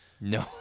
No